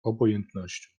obojętnością